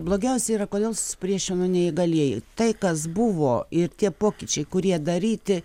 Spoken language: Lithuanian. blogiausia yra kodėl supriešino neįgalieji tai kas buvo ir tie pokyčiai kurie daryti